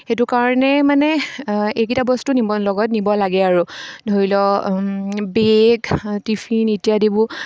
সেইটো কাৰণে মানে এইকেইটা বস্তু নিব লগত নিব লাগে আৰু ধৰি লওক বেগ টিফিন ইত্যাদিবোৰ